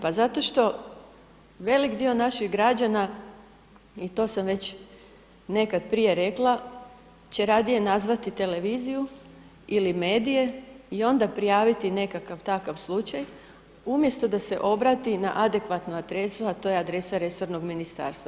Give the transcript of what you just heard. Zato što velik dio naših građana i to sam već nekad prije rekla, će radije nazvati televiziju ili medije i onda prijaviti nekakav takav slučaj, umjesto da se obrati na adekvatnu adresu, a to je adresa resornog ministarstva.